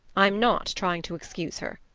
i'm not trying to excuse her.